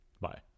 Bye